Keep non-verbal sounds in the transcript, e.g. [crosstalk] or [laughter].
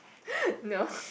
[laughs] no